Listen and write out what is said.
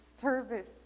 service